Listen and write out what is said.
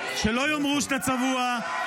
שלא יאמרו שאתה צבוע,